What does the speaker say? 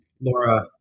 laura